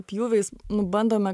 pjūviais nu bandome